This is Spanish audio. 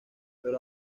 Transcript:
pero